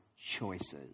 choices